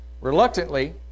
Reluctantly